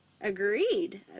Agreed